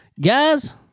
guys